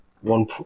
one